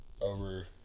over –